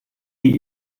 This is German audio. wie